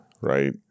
right